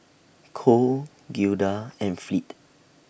Cole Gilda and Fleet